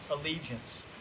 allegiance